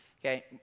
Okay